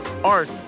art